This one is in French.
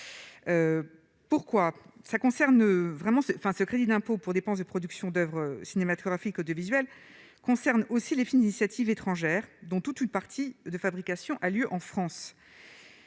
enfin ce crédit d'impôt pour dépenses de production d'Oeuvres cinématographiques audiovisuelles concerne aussi les initiatives étrangères dont toute une partie de fabrication a lieu en France,